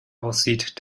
aussieht